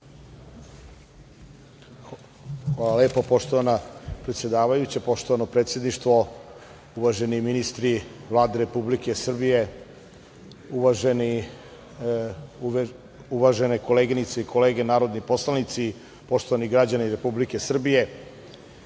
Hvala lepo. Poštovana predsedavajuća, poštovano predsedništvo, uvaženi ministri Vlade Republike Srbije, uvažene koleginice i kolege narodni poslanici, poštovani građani Republike Srbije,